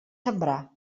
sembrar